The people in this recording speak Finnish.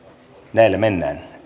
näillä mennään